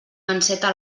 enceta